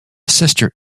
sister